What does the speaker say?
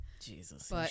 Jesus